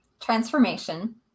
transformation